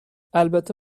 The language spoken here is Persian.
البته